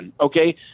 okay